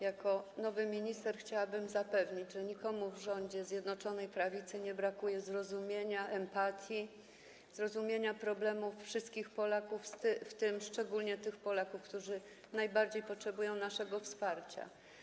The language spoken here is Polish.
Jako nowy minister chciałabym zapewnić, że nikomu w rządzie Zjednoczonej Prawicy nie brakuje empatii, zrozumienia dla problemów wszystkich Polaków, w tym szczególnie tych Polaków, którzy najbardziej potrzebują naszego wsparcia.